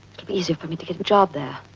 be easier for me to get a job there.